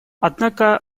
однако